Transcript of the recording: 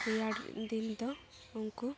ᱨᱮᱭᱟᱲ ᱫᱤᱱ ᱫᱚ ᱩᱱᱠᱩ